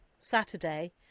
Saturday